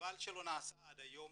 חבל שזה לא נעשה עד היום.